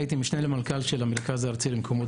הייתי משנה למנכ"ל המרכז הארצי למקומות